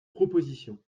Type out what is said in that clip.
propositions